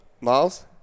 Miles